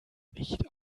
nicht